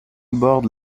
borde